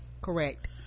correct